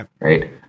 right